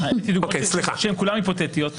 הן כולן היפותטיות אגב.